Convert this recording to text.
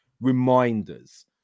reminders